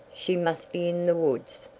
she must be in the woods!